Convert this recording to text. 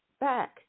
back